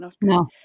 No